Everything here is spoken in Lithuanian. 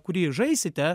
kurį žaisite